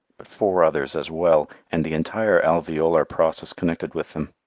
but four others as well, and the entire alveolar process connected with them.